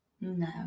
No